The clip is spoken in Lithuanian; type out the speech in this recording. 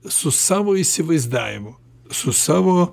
su savo įsivaizdavimu su savo